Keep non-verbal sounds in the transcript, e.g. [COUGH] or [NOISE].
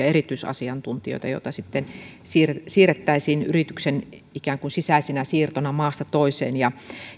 [UNINTELLIGIBLE] erityisasiantuntijoita joita sitten siirrettäisiin ikään kuin yrityksen sisäisinä siirtoina maasta toiseen ja